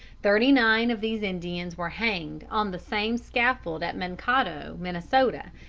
thirty-nine of these indians were hanged on the same scaffold at mankato, minnesota,